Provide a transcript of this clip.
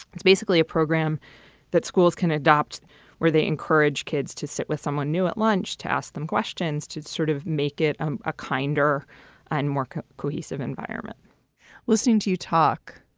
it's basically a program that schools can adopt where they encourage kids to sit with someone new at lunch, to ask them questions, to sort of make it ah a kinder and more cohesive environment listening to you talk.